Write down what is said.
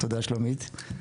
תודה שלומית.